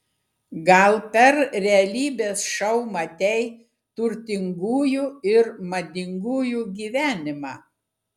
gal per realybės šou matei turtingųjų ir madingųjų gyvenimą